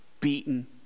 beaten